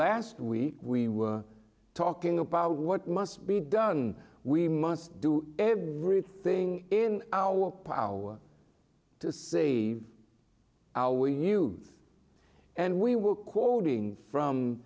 last week we were talking about what must be done we must do everything in our power to save our youth and we were quoting from